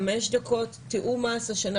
חמש דקות תיאום מס השנה.